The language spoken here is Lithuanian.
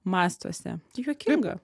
mąstuose juokinga